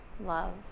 love